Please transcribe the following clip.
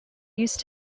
used